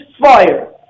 fire